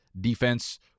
defense